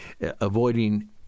avoiding